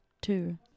two